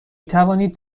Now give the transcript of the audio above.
توانید